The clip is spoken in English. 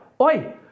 Oi